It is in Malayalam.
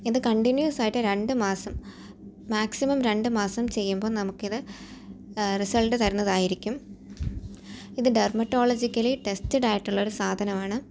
ഇത് കണ്ടിന്യൂസായിട്ട് രണ്ട് മാസം മാക്സിമം രണ്ട് മാസം ചെയ്യുമ്പോൾ നമുക്ക് ഇത് റിസൽറ്റ് തരുന്നതായിരിക്കും ഇത് ഡെർമറ്റോളജിക്കലി ടെസ്റ്റഡായിട്ടുള്ള ഒരു സാധനമാണ്